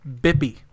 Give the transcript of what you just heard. Bippy